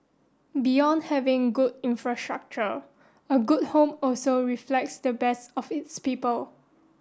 beyond having good infrastructure a good home also reflects the best of its people